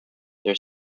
their